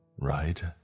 right